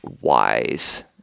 wise